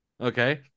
okay